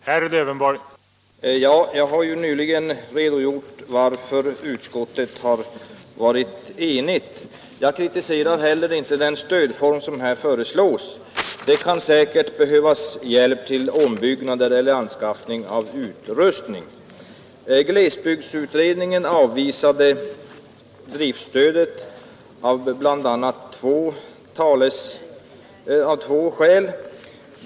Herr talman! Jag har ju nyligen förklarat varför utskottet varit enigt. Jag kritiserar heller inte den stödform som här föreslås. Det kan säkert behövas hjälp till ombyggnad eller anskaffning av utrustning. Glesbygdsutredningen avvisade driftstöd av bl.a. två skäl.